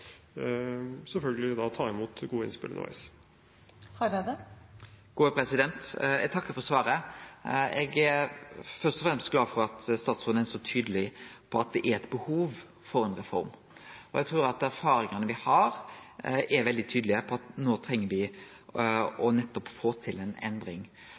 ta imot gode innspill underveis. Eg takkar for svaret. Eg er først og fremst glad for at statsråden er så tydeleg på at det er eit behov for ei reform. Eg trur erfaringane me har, viser veldig tydeleg at me no treng nettopp å få til ei endring.